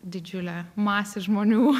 didžiulę masę žmonių